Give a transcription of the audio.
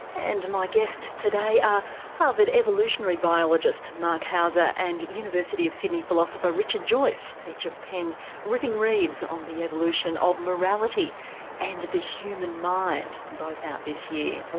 and my guests today are harvard evolutionary biologist marc hauser and university of sydney philosopher richard joyce. each have penned ripping reads on the evolution of morality and the human mind both out this year.